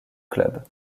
club